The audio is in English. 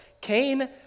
Cain